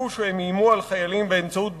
שהם איימו על חיילים באמצעות בקבוק,